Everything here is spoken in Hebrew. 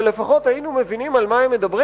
אבל לפחות היינו מבינים על מה הם מדברים.